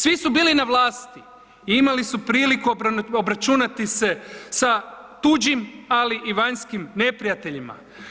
Svi su bili na vlasti i imali su priliku obračunati se sa tuđim, ali i vanjskim neprijateljima.